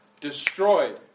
destroyed